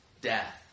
death